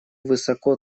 высоко